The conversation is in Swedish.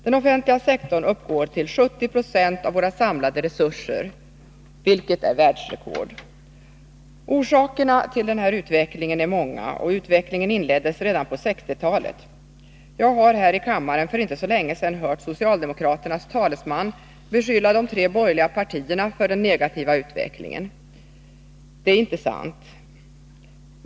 Den offentliga sektorn uppgår nu till 70 96 av våra samlade resurser, vilket är världsrekord. Orsakerna till den här utvecklingen är många, och utvecklingen inleddes redan på 1960-talet. Jag har här i kammaren för inte så länge sedan hört socialdemokraternas talesman beskylla de tre borgerliga partierna för den negativa utvecklingen. Det är inte sant.